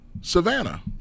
savannah